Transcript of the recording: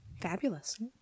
Fabulous